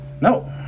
No